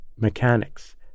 mechanics